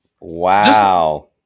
Wow